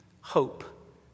hope